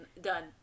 done